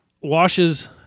washes